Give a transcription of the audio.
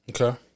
okay